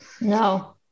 No